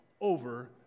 over